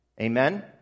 Amen